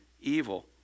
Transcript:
evil